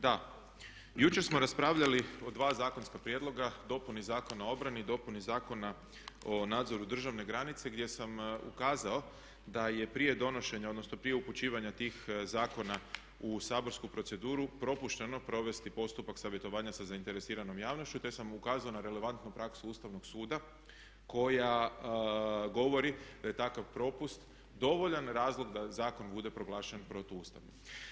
Da, jučer smo raspravljali o dva zakonska prijedloga, dopuni Zakona o obrani, dopuni Zakona o nadzoru državne granice gdje sam ukazao da je prije donošenja, odnosno prije upućivanja tih zakona u saborsku proceduru propušteno provesti postupak savjetovanja sa zainteresiranom javnošću, te sam ukazao na relevantnu praksu Ustavnog suda koja govori da je takav propust dovoljan razlog da zakon bude proglašen protu ustavnim.